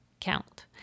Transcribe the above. count